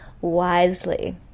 wisely